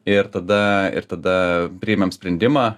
ir tada ir tada priėmėm sprendimą